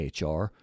HR